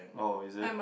oh is it